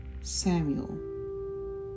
Samuel